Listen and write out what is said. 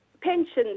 pensions